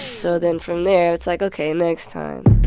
so then, from there, it's, like, ok, next time.